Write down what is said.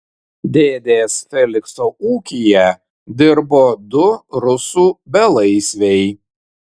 dėdės felikso ūkyje dirbo du rusų belaisviai